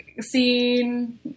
scene